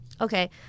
Okay